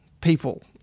people